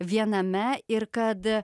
viename ir kad